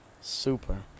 Super